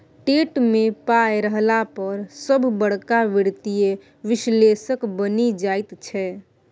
TET मे पाय रहला पर सभ बड़का वित्तीय विश्लेषक बनि जाइत छै